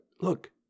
look